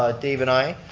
ah dave and i,